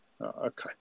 Okay